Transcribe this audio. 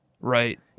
Right